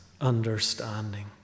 understanding